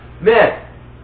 man